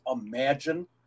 imagine